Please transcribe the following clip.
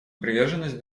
приверженность